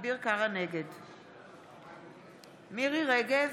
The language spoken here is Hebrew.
מרים רגב,